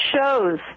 shows